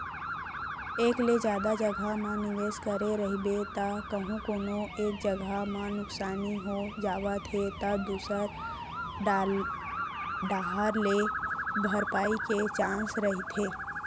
एक ले जादा जघा म निवेस करे रहिबे त कहूँ कोनो एक जगा म नुकसानी हो जावत हे त दूसर डाहर ले भरपाई के चांस रहिथे